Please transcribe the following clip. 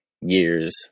years